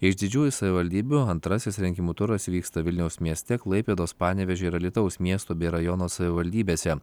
iš didžiųjų savivaldybių antrasis rinkimų turas vyksta vilniaus mieste klaipėdos panevėžio ir alytaus miesto bei rajono savivaldybėse